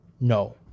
No